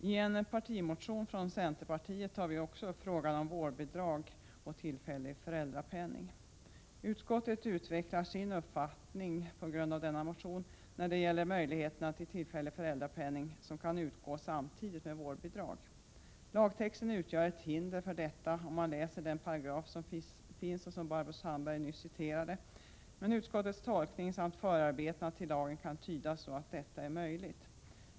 I en partimotion från centerpartiet tas frågan om vårdbidrag och tillfällig föräldrapenning upp. Utskottet utvecklar sin uppfattning om denna motion när det gäller möjligheten till tillfällig föräldrapenning som kan utgå samtidigt med vårdbidrag. Lagtexten utgör ett hinder för detta, om man läser den paragraf som finns och som Barbro Sandberg nyss citerade. Men utskottets tolkning samt förarbetena till lagen kan tydas så att detta är möjligt.